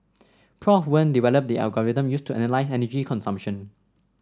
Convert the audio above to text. Prof Wen developed the algorithm used to analyse energy consumption